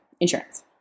insurance